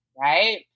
right